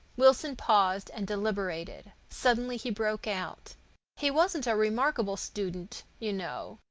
wilson paused and deliberated. suddenly he broke out he wasn't a remarkable student, you know,